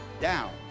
down